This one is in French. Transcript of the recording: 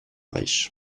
reich